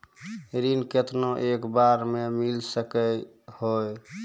ऋण केतना एक बार मैं मिल सके हेय?